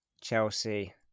Chelsea